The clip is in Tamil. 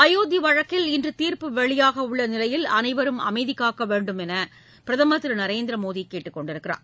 அயோத்தி வழக்கில் இன்று தீர்ப்பு வெளியாக உள்ள நிலையில் அனைவரும் அமைதி காக்க வேண்டும் என்று பிரதமர் திரு நரேந்திர மோடி கேட்டுக்கொண்டுள்ளார்